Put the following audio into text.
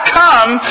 come